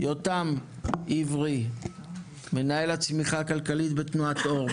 יותם עיברי, מנהל הצמיחה הכלכלית בתנועת אור.